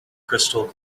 crystal